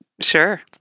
Sure